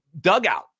dugout